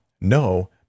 no